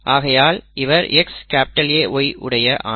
ஆகையால் இவர் XA Y உடைய ஆண்